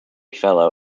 fellow